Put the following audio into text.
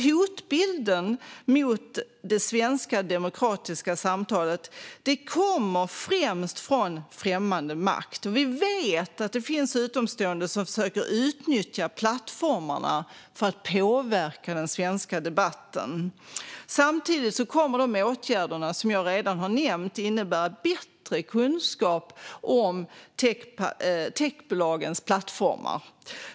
Hotbilden mot det svenska demokratiska samtalet kommer främst från främmande makt. Vi vet att det finns utomstående som försöker utnyttja plattformarna för att påverka den svenska debatten. Samtidigt kommer de åtgärder som jag redan har nämnt att innebära bättre kunskap om techbolagens plattformar.